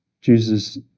jesus